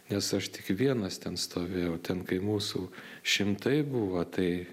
nes aš tik vienas ten stovėjau ten kai mūsų šimtai buvo tai